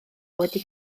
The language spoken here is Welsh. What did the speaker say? wedi